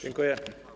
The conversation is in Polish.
Dziękuję.